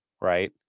right